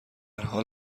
حال